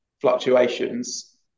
fluctuations